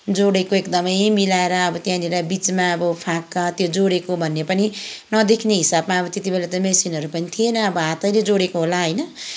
जोडेको एकदमै मिलाएर अब त्यहाँनिर बिचमा अब फाका त्यो जोडेको भन्ने पनि नदेख्ने हिसाबमा अब त्यतिबेला त मेसिनहरू पनि थिएन अब हातैले जोडेको होला होइन